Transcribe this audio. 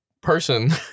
person